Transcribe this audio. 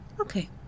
Okay